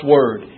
Word